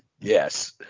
Yes